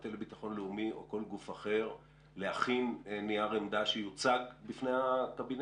המטה לביטחון לאומי או כל גוף אחר להכין נייר עמדה שיוצג בפני הקבינט?